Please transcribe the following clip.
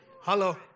Hello